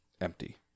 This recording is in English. empty